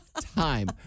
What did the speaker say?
time